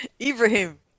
Ibrahim